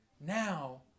now